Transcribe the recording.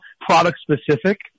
product-specific